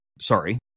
sorry